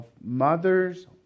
Mother's